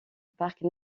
parc